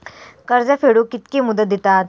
कर्ज फेडूक कित्की मुदत दितात?